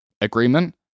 agreement